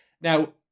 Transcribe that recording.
Now